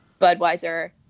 Budweiser